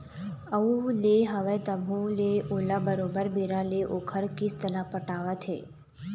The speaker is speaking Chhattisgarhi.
अउ ले हवय तभो ले ओला बरोबर बेरा ले ओखर किस्त ल पटावत हे